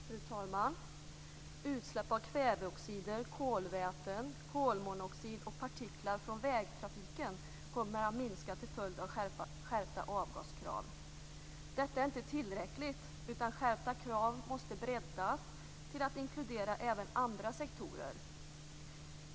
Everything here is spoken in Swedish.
Fru talman! Utsläpp av kväveoxider, kolväten, kolmonoxid och partiklar från vägtrafiken kommer att minska till följd av skärpta avgaskrav. Detta är inte tillräckligt, utan skärpta krav måste breddas till att inkludera även andra sektorer.